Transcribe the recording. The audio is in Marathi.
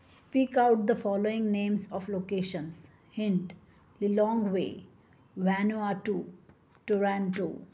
speak out the following names of locations hint Lilongwe Vanuatu Toronto